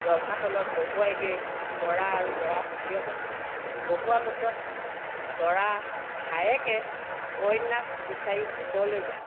ৰভাতলত বহুৱাইগৈ দৰা আৰু দৰাৰ সখীয়েকক বহুৱাৰ পাছত দৰা ভায়েকে কইনাক বিচাৰি ভিতৰলৈ যায়